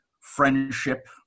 friendship